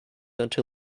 until